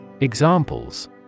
Examples